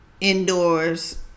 Indoors